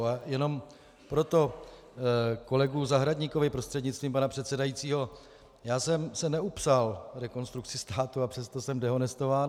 A jenom proto kolegovi Zahradníkovi prostřednictvím pana předsedajícího: Já jsem se neupsal Rekonstrukce státu, a přesto jsem dehonestován.